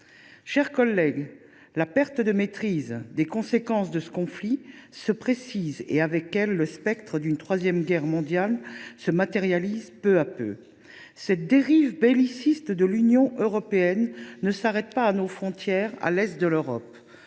chers collègues, la perte de maîtrise des conséquences de ce conflit se précise et, de ce fait, le spectre d’une troisième guerre mondiale se matérialise peu à peu. La dérive belliciste de l’Union européenne ne s’arrête pas à nos frontières à l’est de l’Europe.